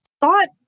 thought